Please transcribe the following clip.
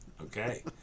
okay